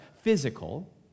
physical